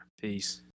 Peace